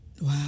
Wow